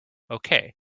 okay